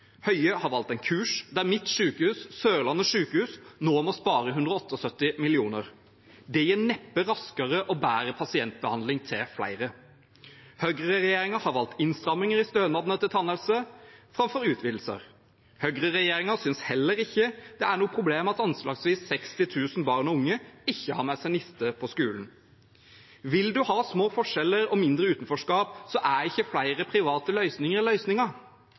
Høie har valgt en kurs der mitt sykehus, Sørlandet sykehus, nå må spare 178 mill. kr. Det gir neppe raskere og bedre pasientbehandling til flere. Høyreregjeringen har valgt innstramminger i stønadene til tannhelse framfor utvidelser. Høyreregjeringen synes heller ikke det er noe problem at anslagsvis 60 000 barn og unge ikke har med seg niste på skolen. Vil man ha små forskjeller og mindre utenforskap, er ikke flere private løsninger